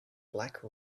black